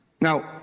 Now